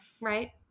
Right